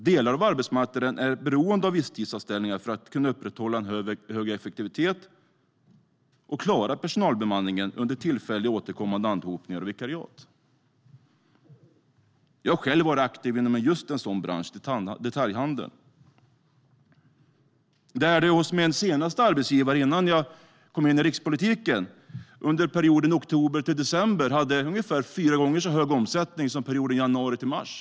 Delar av arbetsmarknaden är beroende av visstidsanställningar för att kunna upprätthålla en hög effektivitet och klara personalbemanningen under tillfälliga återkommande anhopningar med hjälp av vikariat. Jag har själv varit aktiv inom just en sådan bransch, detaljhandeln. Min senaste arbetsgivare, där jag arbetade innan jag kom in i rikspolitiken, hade under perioden oktober till december ungefär fyra gånger så hög omsättning som under perioden januari till mars.